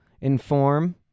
inform